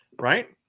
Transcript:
Right